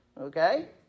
Okay